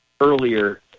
earlier